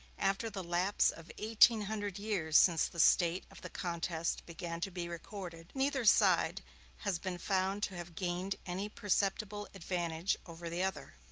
after the lapse of eighteen hundred years since the state of the contest began to be recorded, neither side has been found to have gained any perceptible advantage over the other.